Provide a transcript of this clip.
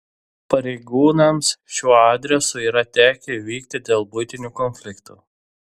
pareigūnams šiuo adresu yra tekę vykti dėl buitinių konfliktų